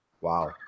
wow